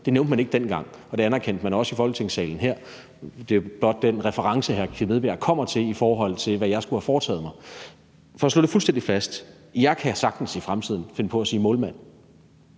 Det nævnte man ikke dengang, og det anerkendte man også i Folketingssalen her. Så det siger jeg blot i forhold til den reference, hr. Kim Edberg Andersen kommer med, i forhold til hvad jeg skulle have foretaget mig. For at slå det fuldstændig fast kan jeg i fremtiden sagtens finde på at sige »målmand«